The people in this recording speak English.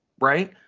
Right